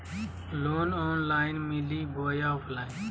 Loan online मिली बोया offline?